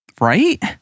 Right